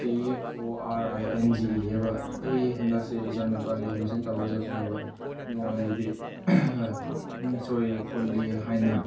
K O R I N G ꯏꯌꯦꯕ ꯑꯩ ꯍꯟꯗꯛꯁꯦ ꯏꯆꯥꯅꯨꯄꯥꯒꯤ ꯑꯦꯠꯃꯤꯁꯟ ꯇꯧꯕ ꯆꯠꯄꯅꯦꯕ ꯑꯗꯨꯀꯥꯟꯗꯗꯤ ꯃꯤꯡ ꯁꯣꯏꯌꯦ ꯈꯣꯠꯂꯦ ꯍꯥꯏꯅ